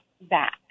back